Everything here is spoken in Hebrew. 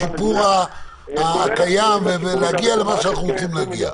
שיפור המצב הקיים ולהגיע למה שאנחנו רוצים להגיע.